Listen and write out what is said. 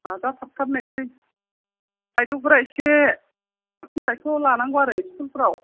नाजाथाबथाबथार नायसै बायद'फोरा एसे साबसिन दायथ' लानांगौ आरो स्कुलफोराव